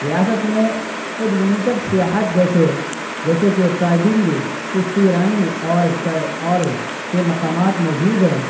ریاست میں ایڈونیچر سیاحت جیسے جیسے کہ ٹرائگنگ کشتی رانی اور اور کے مقامات موجود ہیں